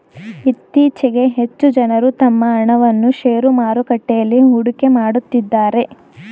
ಇತ್ತೀಚೆಗೆ ಹೆಚ್ಚು ಜನರು ತಮ್ಮ ಹಣವನ್ನು ಶೇರು ಮಾರುಕಟ್ಟೆಯಲ್ಲಿ ಹೂಡಿಕೆ ಮಾಡುತ್ತಿದ್ದಾರೆ